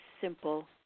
simple